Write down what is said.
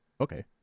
Okay